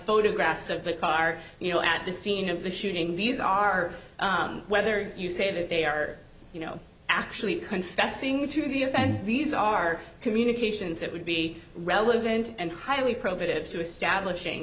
photographs of the car you know at the scene of the shooting these are whether you say that they are you know actually confessing to the offense these are communications that would be relevant and highly probative to establishing